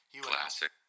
Classic